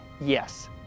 yes